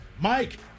Mike